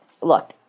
look